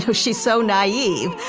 so she's so naive.